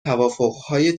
توافقهای